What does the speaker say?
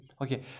okay